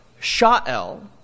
Sha'el